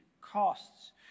costs